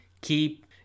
keep